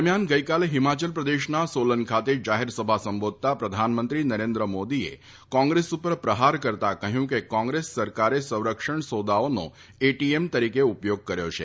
દરમિયાન ગઇકાલે હિમાચલ પ્રદેશના સોલન ખાતે જાહેરસભા સંબોધતાં પ્રધાનમંત્રી નરેન્દ્રમોદીએ કોંગ્રેસ પર પ્રહાર કરતાં કહ્યું કે કોંગ્રેસ સરકારે સંરક્ષણ સોદાઓનો એટીએમ તરીકે ઉપયોગ કર્યો છે